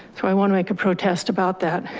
so i want to make a protest about that.